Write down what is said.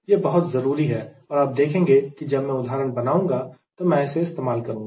यह बहुत जरूरी है और आप देखेंगे कि जब मैं उदाहरण बनाऊंगा तो मैं इसे इस्तेमाल करूंगा